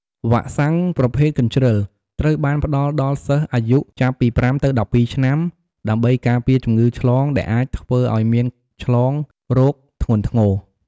វ៉ាក់សាំងប្រភេទកញ្ជិ្រល ត្រូវបានផ្តល់ដល់សិស្សអាយុចាប់ពី៥ទៅ១២ឆ្នាំ ដើម្បីការពារជំងឺឆ្លងដែលអាចធ្វើឲ្យមានឆ្លងរោគធ្ងន់ធ្ងរ។